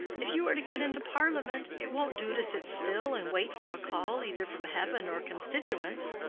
if you are to get into parliament, it won't do to sit still and wait for a call either from heaven or constituents.